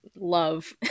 love